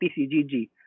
PCGG